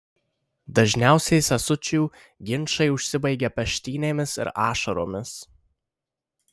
dažniausiai sesučių ginčai užsibaigia peštynėmis ir ašaromis